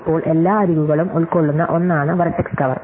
ഇപ്പോൾ എല്ലാ അരികുകളും ഉൾക്കൊള്ളുന്ന ഒന്നാണ് വെർട്ടെക്സ് കവർ